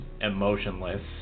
emotionless